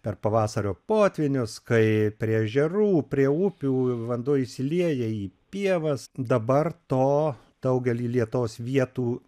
per pavasario potvynius kai prie ežerų prie upių vanduo išsilieja į pievas dabar to daugely lietuvos vietų